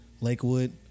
lakewood